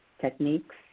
techniques